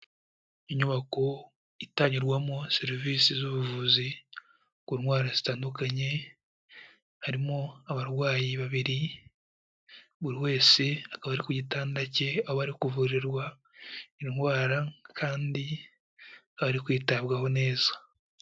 Inyubako itangirwamo serivisi z'ubuvuzi ku ndwara zitandukanye, harimo abarwayi babiri, buri wese akaba ari ku gitanda cye, aho bari kuvurirwa indwara, kandi bari kwitabwaho neza.